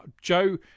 Joe